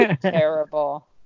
Terrible